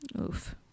Oof